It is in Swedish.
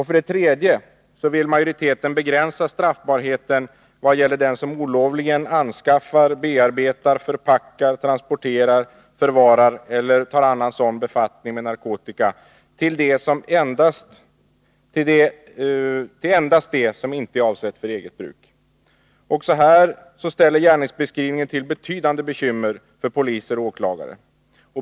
För det tredje vill majoriteten begränsa straffbarheten i vad gäller den som olovligen anskaffar, bearbetar, förpackar, transporterar, förvarar eller tar annan sådan befattning med narkotika till endast det som inte är avsett för eget bruk. Också här ställer gärningsbeskrivningen till betydande bekymmer för poliser och åklagare.